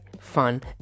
fun